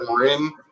rim